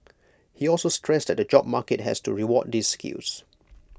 he also stressed that the job market has to reward these skills